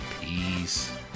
peace